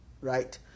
right